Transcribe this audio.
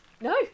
No